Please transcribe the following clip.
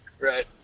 Right